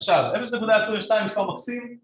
‫עכשיו, 0.22 מספר מקסים